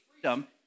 freedom